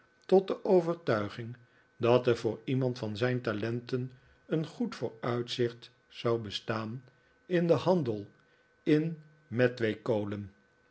tot de overtuiging dat er vooriemand van zijn talenten een goed vooruitzicht zou bestaan in den handel in